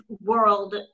world